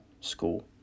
school